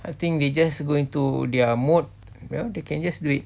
I think they just go into their mode you know they can just do it